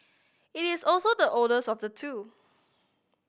it is also the oldest of the two